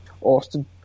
Austin